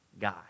guy